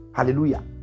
Hallelujah